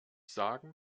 sagen